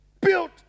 built